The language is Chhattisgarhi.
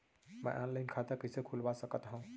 मैं ऑनलाइन खाता कइसे खुलवा सकत हव?